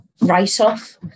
write-off